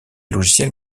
logiciels